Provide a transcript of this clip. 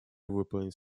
выполнить